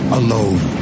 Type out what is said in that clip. alone